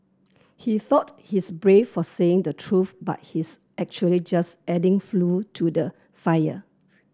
he thought he's brave for saying the truth but he's actually just adding flue to the fire